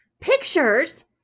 Pictures